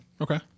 Okay